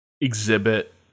exhibit